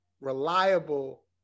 reliable